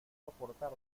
soportar